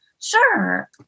Sure